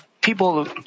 people